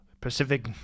pacific